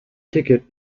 ticket